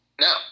no